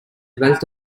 wealth